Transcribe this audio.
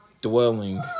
dwelling